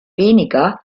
weniger